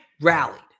rallied